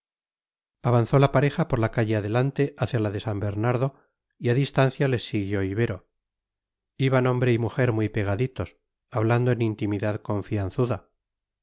avanzó la pareja por la calle adelante hacia la de san bernardo y a distancia les siguió ibero iban hombre y mujer muy pegaditos hablando en intimidad confianzuda